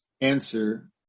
answer